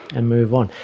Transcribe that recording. and move on.